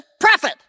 profit